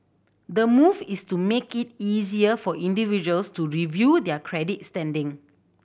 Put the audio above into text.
the move is to make it easier for individuals to review their credit standing